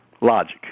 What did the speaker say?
Logic